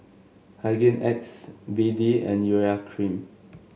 Hygin X B D and Urea Cream